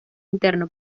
interno